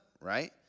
right